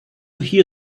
hear